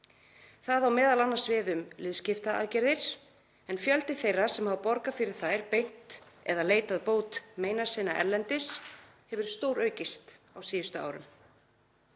Það á m.a. við um liðskiptaaðgerðir en fjöldi þeirra sem hafa borgað fyrir þær beint eða leitað bóta meina sinna erlendis hefur stóraukist á síðustu árum.